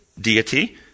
deity